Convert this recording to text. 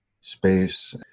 space